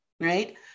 right